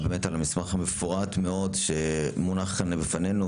על המסמך המפורט מאוד שמונח כאן לפנינו,